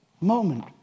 moment